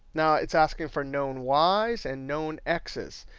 now, it's asking for known y's and known x's.